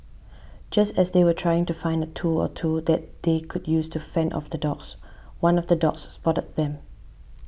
just as they were trying to find a tool or two that they could use to fend off the dogs one of the dogs spotted them